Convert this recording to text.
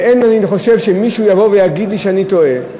ואני חושב שאין מישהו שיבוא ויגיד לי שאני טועה,